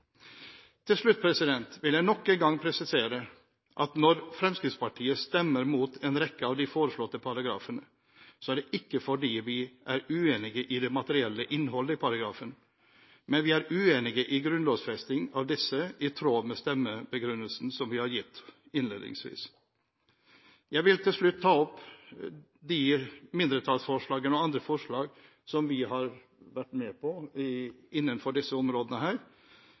Til slutt vil jeg nok en gang presisere at når Fremskrittspartiet stemmer imot en rekke av de foreslåtte paragrafene, er det ikke fordi vi er uenige i det materielle innholdet i paragrafen, men vi er uenige i grunnlovfesting av disse i tråd med stemmebegrunnelsen som vi har gitt innledningsvis. Jeg vil til slutt ta opp de mindretallsforslag og andre forslag som vi har vært med på innenfor disse områdene.